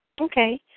Okay